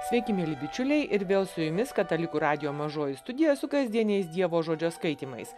sveiki mieli bičiuliai ir vėl su jumis katalikų radijo mažoji studija su kasdieniais dievo žodžio skaitymais